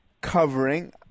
covering